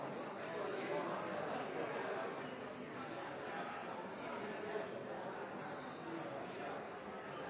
jeg